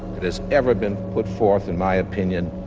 that has ever been put forth, in my opinion,